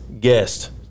guest